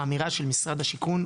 האמירה של משרד השיכון,